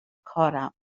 کارم